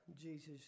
Jesus